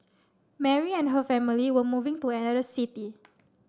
Mary and her family were moving to another city